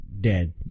dead